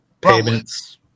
Payments